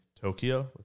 Tokyo